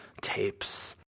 tapes